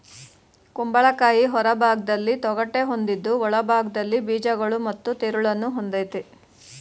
ಕುಂಬಳಕಾಯಿ ಹೊರಭಾಗ್ದಲ್ಲಿ ತೊಗಟೆ ಹೊಂದಿದ್ದು ಒಳಭಾಗ್ದಲ್ಲಿ ಬೀಜಗಳು ಮತ್ತು ತಿರುಳನ್ನು ಹೊಂದಯ್ತೆ